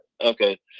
okay